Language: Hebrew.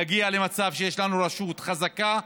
להגיע למצב שיש לנו רשות חזקה,